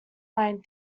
line